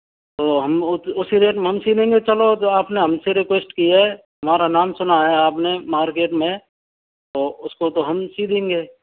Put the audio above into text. तो हम उस उसी रेट में हम सी लेंगे चलो जो आपने हमसे रिक्वेस्ट की है हमारा नाम सुना है आपने मार्केट में तो उसको तो हम सी देंगे